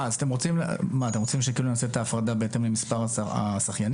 אז אתם רוצים שתהיה הפרדה בהתאם למספר השחיינים?